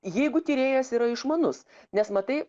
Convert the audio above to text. jeigu tyrėjas yra išmanus nes matai